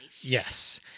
Yes